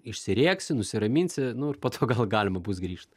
išsirėksi nusiraminsi nu ir po to gal galima bus grįžt